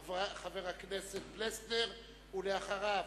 חבר הכנסת פלסנר, ואחריו,